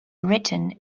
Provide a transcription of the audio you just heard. written